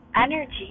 energy